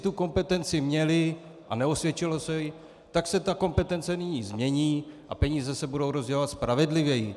Jestli kompetenci měly a neosvědčilo se jim, tak se kompetence nyní změní a peníze se budou rozdělovat spravedlivěji.